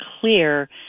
clear